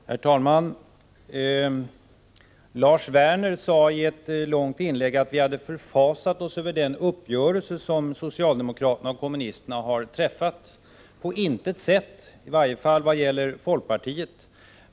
Herr talman! Lars Werner sade i ett långt inlägg att vi hade förfasat oss över den uppgörelse som socialdemokraterna och kommunisterna har träffat. På intet sätt har vi gjort det — i varje fall vad gäller folkpartiet.